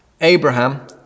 Abraham